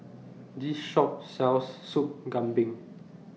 This Shop sells Soup Kambing